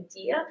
idea